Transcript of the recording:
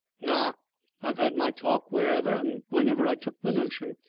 naw i've had my talk wherever and whenever i took the notion.